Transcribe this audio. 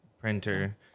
printer